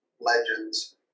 legends